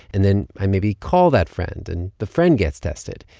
and then i maybe call that friend, and the friend gets tested.